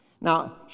Now